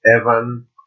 Evan